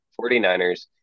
49ers